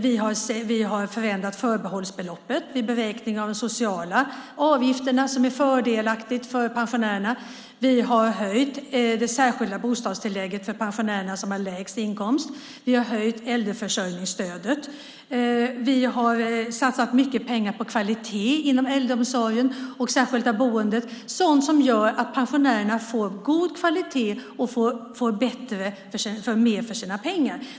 Vi har förändrat förbehållsbeloppet vid beräkning av de sociala avgifterna, vilket är fördelaktigt för pensionärerna. Vi har höjt det särskilda bostadstillägget för de pensionärer som har lägst inkomst. Vi har höjt äldreförsörjningsstödet. Vi har satsat mycket pengar på kvalitet inom äldreomsorgen och det särskilda boendet. Det är sådant som gör att pensionärerna får god kvalitet och mer för sina pengar.